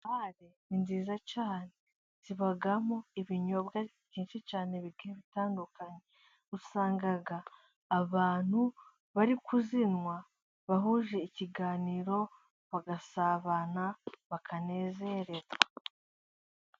Bare ni nziza cyane, zibamo ibinyobwa byinshi cyane bigiye bitandukanye, usanga abantu bari kuzinwa bahuje ikiganiro, bagasabana bakanezererwa.